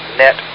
net